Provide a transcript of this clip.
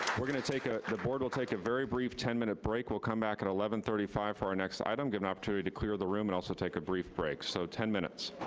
we're gonna take a, the board will take a very brief ten minute break. we'll come back at eleven thirty five for our next item, give an opportunity to clear the room and also take a brief break, so ten minutes.